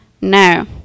no